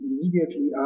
immediately